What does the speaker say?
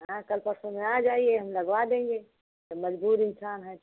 हाँ कल परसों में आ जाइए हम लगवा देंगे जब मजबूर इंसान हैं